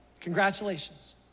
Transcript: Congratulations